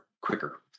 quicker